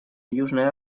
южной